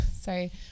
sorry